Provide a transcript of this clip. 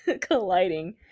colliding